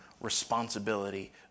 responsibility